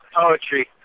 Poetry